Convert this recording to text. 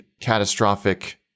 catastrophic